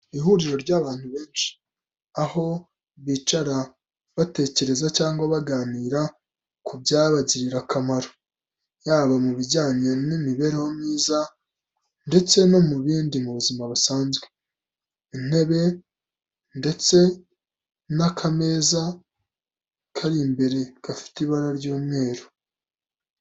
Ihuriro ry'abantu benshi, aho bicara batekereza cyangwa baganira ku byabagirira akamaro, yaba mu bijyanye n'imibereho myiza ndetse no mu bindi mu buzima busanzwe, intebe ndetse n'akameza kari imbere gafite ibara ry'umweru.